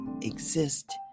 exist